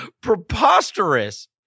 preposterous